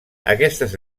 aquestes